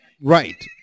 Right